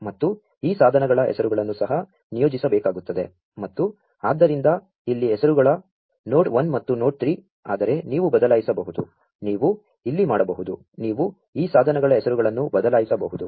ಮತ್ತು ಈ ಸಾ ಧನಗಳ ಹೆಸರು ಗಳನ್ನು ಸಹ ನಿಯೋ ಜಿಸಬೇ ಕಾ ಗು ತ್ತದೆ ಮತ್ತು ಆದ್ದರಿಂ ದ ಇಲ್ಲಿ ಹೆಸರು ಗಳು ನೋ ಡ್ 1 ಮತ್ತು ನೋ ಡ್ 3 ಆದರೆ ನೀ ವು ಬದಲಾ ಯಿಸಬಹು ದು ನೀ ವು ಇಲ್ಲಿ ಮಾ ಡಬಹು ದು ನೀ ವು ಈ ಸಾ ಧನಗಳ ಹೆಸರು ಗಳನ್ನು ಬದಲಾ ಯಿಸಬಹು ದು